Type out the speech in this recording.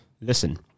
Listen